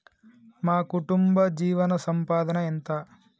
మా కుటుంబ జీవన సంపాదన ఎంత?